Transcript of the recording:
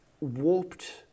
warped